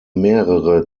mehrere